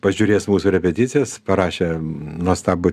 pažiūrėjęs mūsų repeticijas parašė nuostabų